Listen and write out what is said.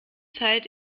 zeit